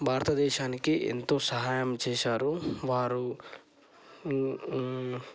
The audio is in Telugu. భారతదేశానికి ఎంతో సహాయం చేశారు వారు